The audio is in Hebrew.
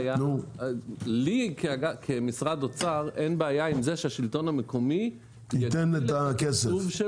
לי כמשרד אוצר אין בעיה עם זה שהשלטון המקומי ---- ייתן את הכסף?